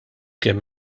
kemm